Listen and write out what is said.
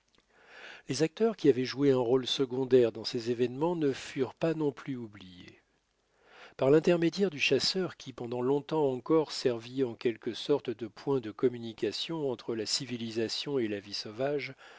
les acteurs qui avaient joué un rôle secondaire dans ces événements ne furent pas non plus oubliés par l'intermédiaire du chasseur qui pendant longtemps encore servit en quelque sorte de point de communication entre la civilisation et la vie sauvage